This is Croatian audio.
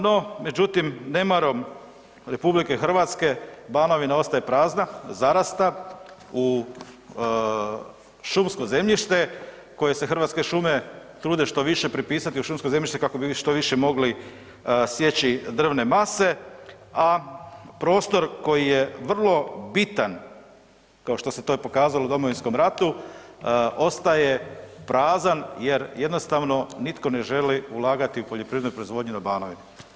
No međutim, nemarom Republike Hrvatske Banovina ostaje prazna, zarasta u šumsko zemljište koje se Hrvatske šume trude što više pripisati u šumsko zemljište kako bi što više mogli sjeći drvne mase, a prostor koji je vrlo bitan kao što se to i pokazalo u Domovinskom ratu ostaje prazan jer jednostavno nitko ne želi ulagati u poljoprivrednu proizvodnju na Banovini.